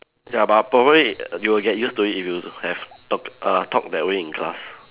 ya but probably you'll get used to it if you have talk err talk that way in class